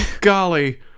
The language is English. golly